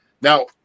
Now